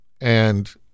And-